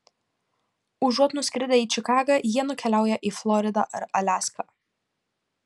užuot nuskridę į čikagą jie nukeliauja į floridą ar aliaską